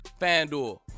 FanDuel